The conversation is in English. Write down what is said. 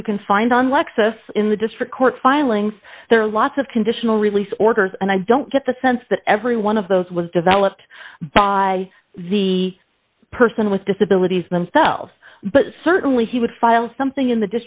that you can find on lexus in the district court filings there are lots of conditional release orders and i don't get the sense that every one of those was developed by the person with disabilities themselves but certainly he would file something in the